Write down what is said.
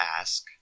ask